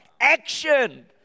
Action